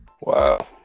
Wow